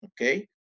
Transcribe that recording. okay